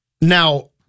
Now